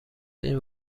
این